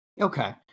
Okay